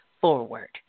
forward